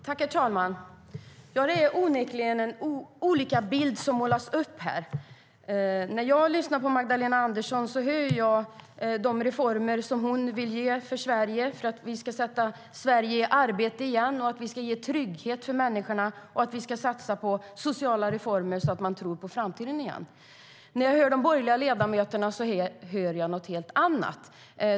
Herr talman! Det är onekligen olika bilder som målas upp. När jag lyssnar på Magdalena Andersson hör jag henne tala om de reformer hon vill genomföra för att sätta Sverige i arbete igen, för att ge trygghet åt människor och för att satsa på sociala reformer så att vi åter kan tro på framtiden. När jag lyssnar på de borgerliga ledamöterna hör jag något helt annat.